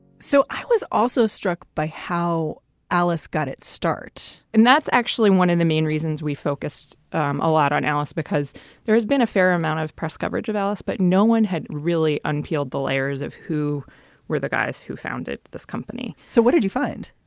so i was also struck by how alice got its start and that's actually one of and the main reasons we focused um a lot on alice because there has been a fair amount of press coverage of alice, but no one had really unpeeled the layers of who were the guys who founded this company. so what did you find?